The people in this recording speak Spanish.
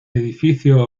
edificio